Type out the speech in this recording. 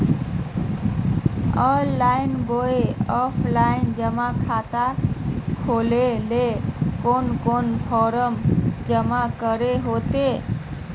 Online बोया offline जमा खाता खोले ले कोन कोन फॉर्म जमा करे होते?